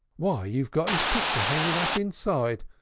why, we've got his picter hanging up inside,